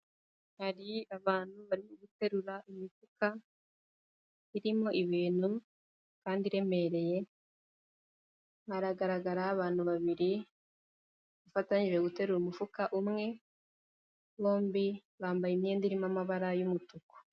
Hari abantu barimo guterura imifuka irimo ibintu kandi iremereye, haragaragaraho abantu babiri bafatanyinje guterura umufuka umwe, bombi bambaye imyenda irimo amabara y'umutuku.